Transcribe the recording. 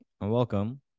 welcome